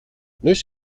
noiz